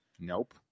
Nope